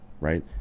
right